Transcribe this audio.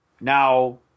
Now